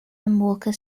walker